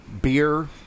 beer